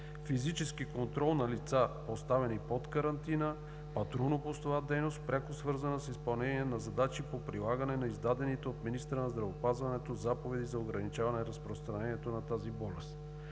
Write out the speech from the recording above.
физически контрол на лица, поставени под карантина; патрулно-постова дейност, пряко свързана с изпълнение на задачи по прилагане на издадените от министъра на здравеопазването заповеди за ограничаване разпространението на тази болест.